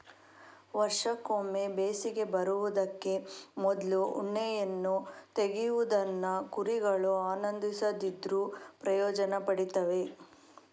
ವರ್ಷಕ್ಕೊಮ್ಮೆ ಬೇಸಿಗೆ ಬರುದಕ್ಕೆ ಮೊದ್ಲು ಉಣ್ಣೆಯನ್ನ ತೆಗೆಯುವುದನ್ನ ಕುರಿಗಳು ಆನಂದಿಸದಿದ್ರೂ ಪ್ರಯೋಜನ ಪಡೀತವೆ